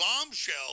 bombshell